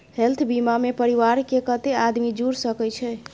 Health बीमा मे परिवार के कत्ते आदमी जुर सके छै?